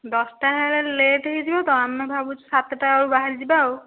ଦଶଟା ହେଲେ ଲେଟ୍ ହୋଇଯିବ ତ ଆମେ ଭାବୁଛୁ ସାତଟା ବେଳୁ ବାହାରି ଯିବା ଆଉ